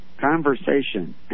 Conversation